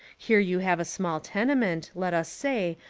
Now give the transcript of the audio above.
here you have a small tenement, let us say,